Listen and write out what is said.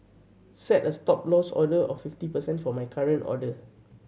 set a Stop Loss order of fifty percent for my current order